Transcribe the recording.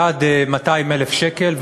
הטבה של עד 200,000 שקל,